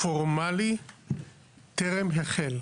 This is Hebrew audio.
הפורמלי טרם החל.